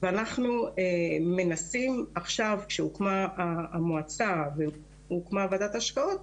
ואנחנו מנסים עכשיו כשהוקמה המועצה והוקמה ועדת ההשקעות,